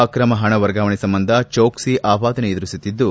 ಅಕ್ರಮ ಹಣ ವರ್ಗಾವಣೆ ಸಂಬಂಧ ಚೋಕ್ವಿ ಅಪಾದನೆ ಎದುರಿಸುತ್ತಿದ್ದು